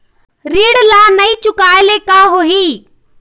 ऋण ला नई चुकाए ले का होही?